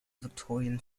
victorian